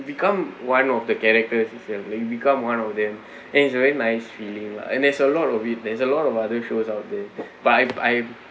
become one of the characters it's a you become one of them and is a very nice feeling lah and there's a lot of it there's a lot of other shows out there but I've I've